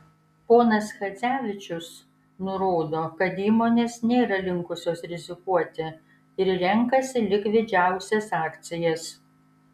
ponas chadzevičius nurodo kad įmonės nėra linkusios rizikuoti ir renkasi likvidžiausias akcijas